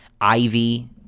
Ivy